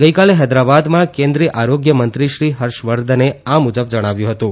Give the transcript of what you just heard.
ગઇકાલે હૈદરાબાદમાં કેન્દ્રિય આરાપ્યમંત્રી શ્રી હર્ષવર્ધને આ મુજબ જણાવ્યું હતું